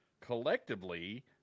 collectively –